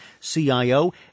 CIO